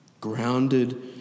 Grounded